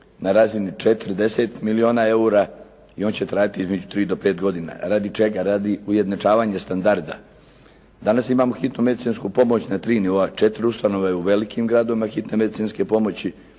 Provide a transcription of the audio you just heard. na razini 40 milijuna eura i on će trajati između 3 do 5 godina. Radi čega? Radi ujednačavanje standarda. Danas imamo hitnu medicinsku pomoć na tri nivoa, četiri ustanove u velikim gradovima, hitne medicinske pomoći,